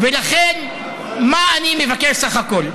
ולכן מה אני מבקש בסך הכול?